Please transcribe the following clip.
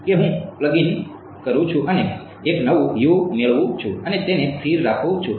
કે હું plug in કરું છું અને એક નવું મેળવું છું અને તેને સ્થિર રાખું છું